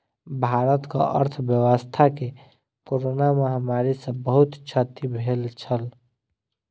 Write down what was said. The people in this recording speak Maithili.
भारतक अर्थव्यवस्था के कोरोना महामारी सॅ बहुत क्षति भेल छल